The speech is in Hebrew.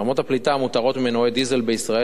רמות הפליטה המותרות ממנועי דיזל בישראל